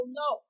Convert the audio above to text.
no